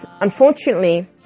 Unfortunately